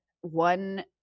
one